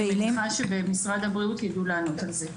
אני מניחה שבמשרד הבריאות יידעו לענות על זה.